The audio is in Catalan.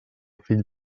fill